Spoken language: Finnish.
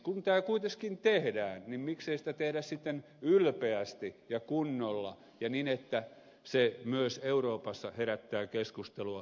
kun tämä kuitenkin tehdään niin miksei sitä tehdä sitten ylpeästi ja kunnolla ja niin että se myös euroopassa herättää keskustelua